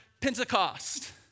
Pentecost